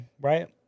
Right